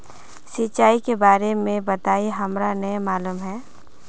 सिंचाई के बारे में बताई हमरा नय मालूम है?